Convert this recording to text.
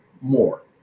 more